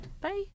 Bye